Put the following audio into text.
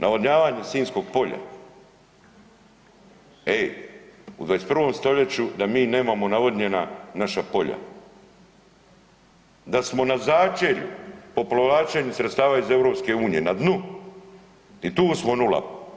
Navodnjavanje Sinjskog polja, ej u 21. stoljeću da mi nemamo navodnjena naša polja, da smo na začelju po povlačenju sredstava iz EU, na dnu i tu smo nula.